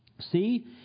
See